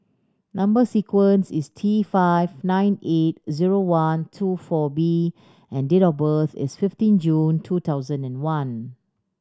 number sequence is T five nine eight zero one two four B and date of birth is fifteen June two thousand and one